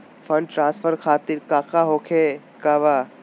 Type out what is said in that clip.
Fund transfer खातिर काका होखे का बा?